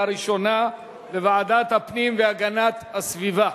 ראשונה בוועדת הפנים והגנת הסביבה.